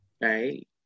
Right